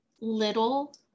little